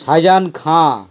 Shaizan Khan